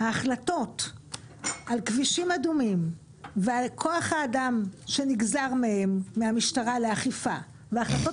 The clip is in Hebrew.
החלטות על כבישים אדומים ועל כוח האדם שנגזר מהמשטרה לאכיפה והחלטות